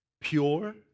Pure